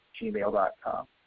gmail.com